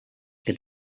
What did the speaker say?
que